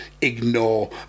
ignore